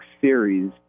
series